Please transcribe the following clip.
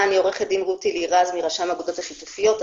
רותי לירז מרשם האגודות השיתופיות,